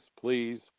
please